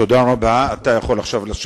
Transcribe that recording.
תודה רבה, אתה יכול לשבת.